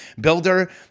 builder